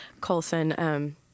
Colson